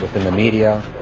but the the media.